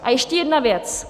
A ještě jedna věc.